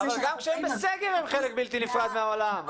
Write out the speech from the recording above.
--- אבל גם כשהם בסגר הם חלק בלתי נפרד מהעולם.